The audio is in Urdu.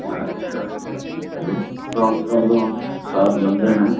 اچھا اچھا اچھا چلیے تو اِس کا مطلب ہم سات بندے ہیں